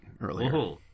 earlier